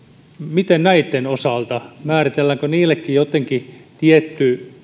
miten näitten osalta määritelläänkö niillekin jotenkin tietty